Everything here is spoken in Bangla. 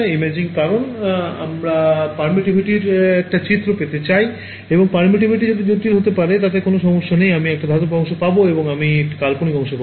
ইমেজিং কারণ আমরা permittivity র একটি চিত্র পেতে চাই এবং permittivity গুলি জটিল হতে পারে তাতে কোনও সমস্যা নেই আমি একটি বাস্তব অংশ পাব এবং আমি একটি কাল্পনিক অংশ পাব